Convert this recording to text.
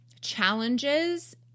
challenges